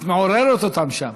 את מעוררת אותם שם.